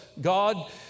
God